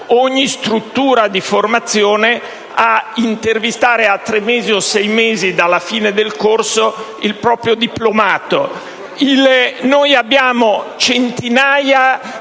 ogni struttura di formazione ad intervistare a tre mesi o a sei mesi dalla fine del corso il proprio diplomato. Abbiamo centinaia